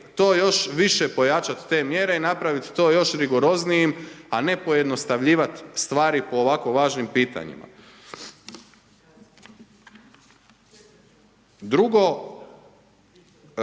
to još više pojačati te mjere i napraviti to još rigoroznijim, a ne pojednostavljivati stvari po ovako važnim pitanjima. Drugo,